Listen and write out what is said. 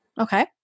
Okay